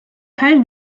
teil